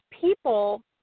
people